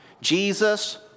Jesus